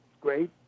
Great